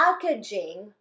packaging